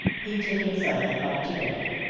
he took himself up to bed.